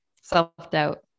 self-doubt